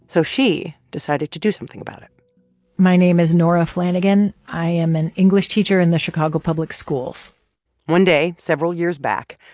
so she decided to do something about it my name is nora flanagan. i am an english teacher in the chicago public schools one day several years back,